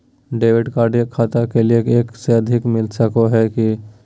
Debit card एक खाता के लिए एक से अधिक मिलता सको है की?